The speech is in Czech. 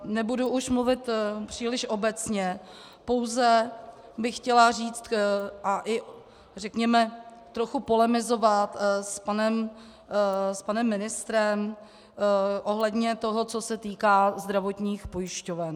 Nebudu už mluvit příliš obecně, pouze bych chtěla říct a i řekněme trochu polemizovat s panem ministrem ohledně toho, co se týká zdravotních pojišťoven.